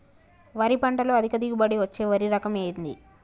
వరి పంట లో అధిక దిగుబడి ఇచ్చే వరి రకం ఏది?